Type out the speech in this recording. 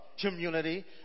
community